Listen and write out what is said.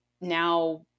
now